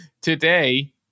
today